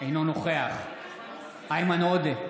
אינו נוכח איימן עודה,